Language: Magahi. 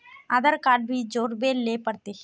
आधार कार्ड भी जोरबे ले पड़ते?